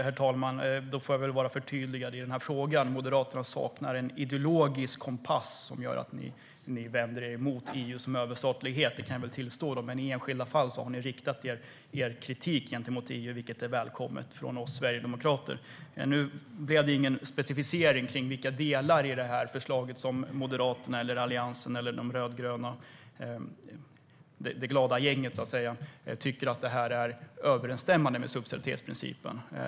Herr talman! Då får jag förtydliga mig: Moderaterna saknar en ideologisk kompass som gör att ni vänder er emot EU:s överstatlighet. Men i enskilda fall har ni riktat er kritik mot EU, vilket vi sverigedemokrater välkomnar. Nu specificerades det inte vilka delar i det här förslaget som Moderaterna, Alliansen eller de rödgröna - det glada gänget, så att säga - tycker är överensstämmande med subsidiaritetsprincipen.